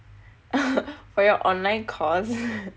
for your online course